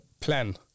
plan